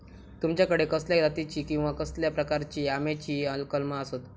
तुमच्याकडे कसल्या जातीची किवा कसल्या प्रकाराची आम्याची कलमा आसत?